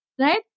right